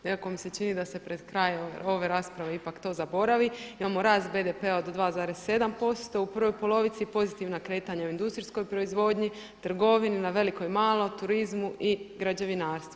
Nekako mi se čini da se pred kraj ove rasprave ipak to zaboravi, imamo rast BDP-a od 2,7% u prvoj polovici, pozitivna kretanja u industrijskoj proizvodnji, trgovini na veliko i malo, turizmu i građevinarstvu.